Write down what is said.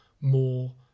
more